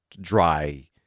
dry